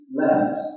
left